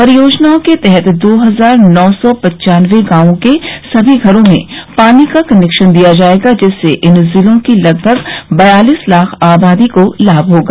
परियोजनाओं के तहत दो हजार नौ सौ पन्वानबे गांवों के सभी घर्रो में पानी का कनेक्शन दिया जाएगा जिससे इन जिलों की लगभग बयालिस लाख आबादी को लाभ होगा